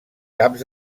caps